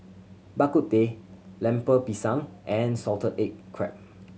Bak Kut Teh Lemper Pisang and salted egg crab